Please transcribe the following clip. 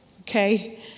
Okay